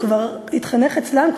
הוא כבר התחנך אצלם,